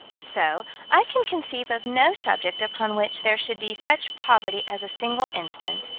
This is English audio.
so i can conceive of no subject upon which there should be such poverty as a single instance,